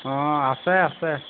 অ আছে আছে